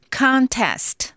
contest